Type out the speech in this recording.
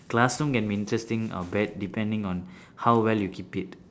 classroom can be interesting uh depending on how well you keep it